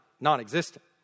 non-existent